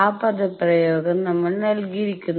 ആ പദപ്രയോഗം നമ്മൾ നൽകിയിരിക്കുന്നു